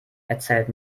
erzählt